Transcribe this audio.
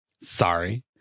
Sorry